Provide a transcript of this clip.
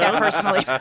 ah personally. yeah